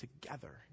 together